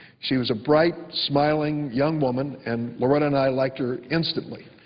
she was a bright, smiling young woman, and loretta and i liked her instantly.